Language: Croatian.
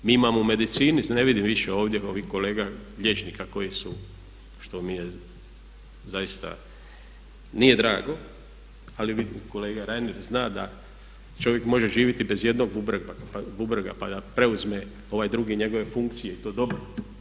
Mi imamo u medicini, ne vidim više ovdje ovih kolega liječnika koji su što mi je zaista nije drago ali vidim kolega Reiner zna da čovjek može živjeti bez jednog bubrega pa da preuzme ovaj drugi njegove funkcije i to dobro.